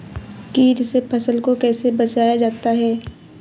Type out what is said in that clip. कीट से फसल को कैसे बचाया जाता हैं?